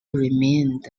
remained